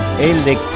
Electric